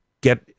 get